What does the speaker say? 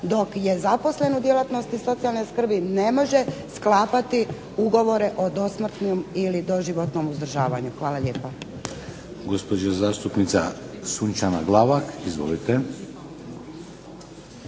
dok je zaposlen u djelatnosti socijalne skrbi ne može sklapati ugovore o dosmrtnom ili doživotnom uzdržavanju. Hvala lijepa.